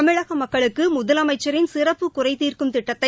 தமிழக மக்களுக்கு முதலமைச்சரின் சிறப்பு குறைதீர்க்கும் திட்டத்தை